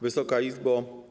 Wysoka Izbo!